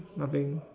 nothing